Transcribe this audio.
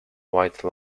white